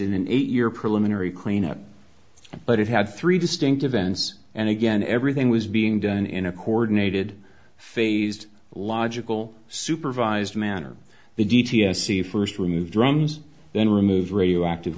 in an eight year preliminary cleanup but it had three distinct events and again everything was being done in a coordinated phased logical supervised manner the d t s see first remove drums then remove radioactive